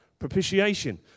Propitiation